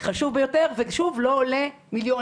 חשוב ביותר, ושוב, לא עולה מיליונים.